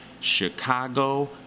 Chicago